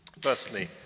Firstly